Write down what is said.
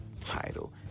title